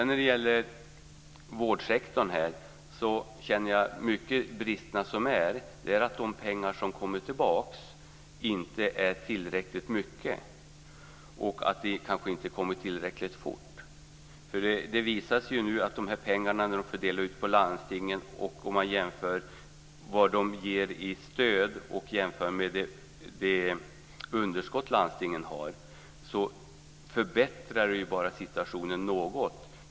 När det gäller vårdsektorn känner jag att en stor del av bristerna beror på att de pengar som kommer tillbaka inte är tillräckliga och att de kanske inte kommer tillräckligt fort. Det visar sig nu när pengarna fördelas på landstingen att om man jämför vad de ger i stöd med de underskott landstingen har så förbättrar de situationen bara något.